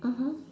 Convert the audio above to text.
mmhmm